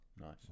Nice